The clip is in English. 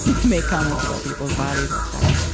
who make comments about people's bodies up there.